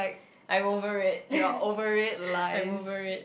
I'm over it I'm over it